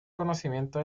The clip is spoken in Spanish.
conocimiento